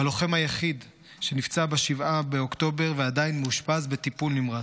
הלוחם היחיד שנפצע ב-7 באוקטובר ועדיין מאושפז בטיפול נמרץ.